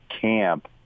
camp